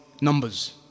numbers